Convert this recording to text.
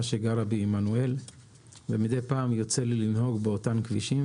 שגרה בעמנואל ומדי פעם יוצא לי לנהוג באותם כבישים,